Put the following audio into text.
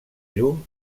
llum